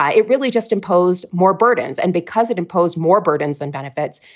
ah it really just imposed more burdens and because it imposed more burdens and benefits.